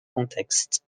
contexte